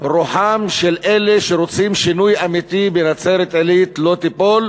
רוחם של אלה שרוצים שינוי אמיתי בנצרת-עילית לא תיפול,